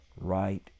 right